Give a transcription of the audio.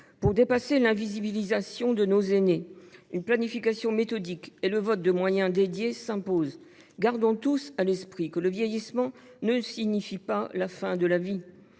Pour obvier à l’invisibilisation de nos aînés, une planification méthodique et le vote de moyens dédiés s’imposent. Gardons tous à l’esprit que le vieillissement ne signifie pas la fin de la vie.